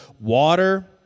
water